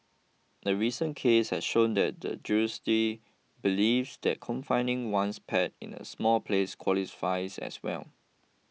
a recent case has shown that the judiciary believes that confining one's pet in a small place qualifies as well